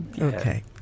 Okay